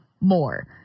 more